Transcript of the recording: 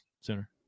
sooner